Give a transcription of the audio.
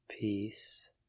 Peace